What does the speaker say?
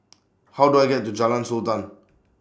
How Do I get to Jalan Sultan